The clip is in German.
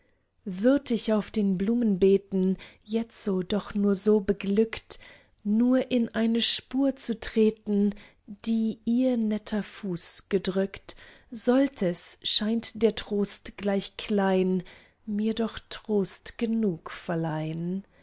würd ich auf den blumenbeeten jetzo doch nur so beglückt nur in eine spur zu treten die ihr netter fuß gedrückt sollt es scheint der trost gleich klein mir doch trost genug verleihn